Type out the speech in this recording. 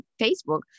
Facebook